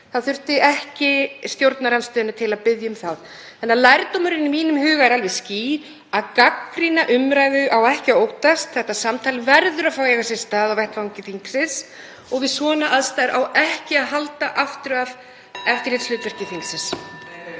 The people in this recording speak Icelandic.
það þurfti ekki stjórnarandstöðuna til að biðja um það. Þannig að lærdómurinn í mínum huga er alveg skýr: Gagnrýna umræðu á ekki að óttast, þetta samtal verður að fá að eiga sér stað á vettvangi þingsins og við svona aðstæður á ekki að halda aftur af eftirlitshlutverki þingsins.